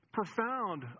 profound